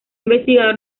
investigador